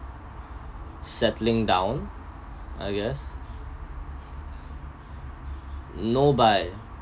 settling I guess no buy